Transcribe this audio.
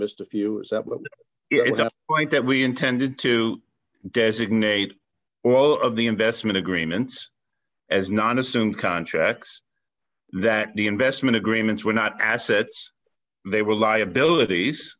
missed a few but it's a point that we intended to designate all of the investment agreements as non assumed contracts that the investment agreements were not assets they were liabilities